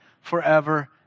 forever